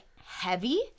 heavy